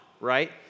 right